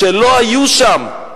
שלא היו שם,